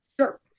sure